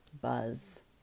buzz